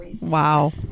Wow